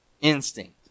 Instinct